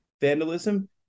vandalism